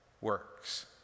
works